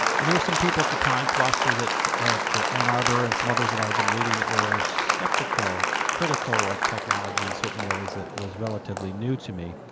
and there were some people at the time, philosophers at at ann arbor and some others that i had been reading, that were skeptical, critical of technology in certain ways that was relatively new to me.